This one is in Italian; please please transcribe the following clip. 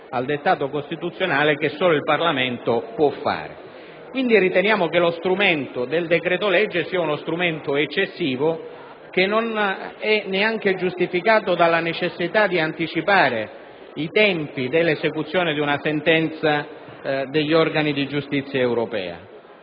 al dettato costituzionale, che solo il Parlamento può fare. Riteniamo quindi che lo strumento del decreto‑legge sia eccessivo e non sia neanche giustificato dalla necessità di anticipare i tempi dell'esecuzione di una sentenza degli organi di giustizia europea.